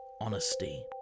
honesty